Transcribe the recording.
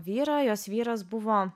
vyrą jos vyras buvo